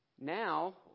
Now